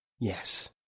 Yes